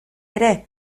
ere